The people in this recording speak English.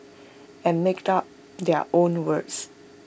and make up their own words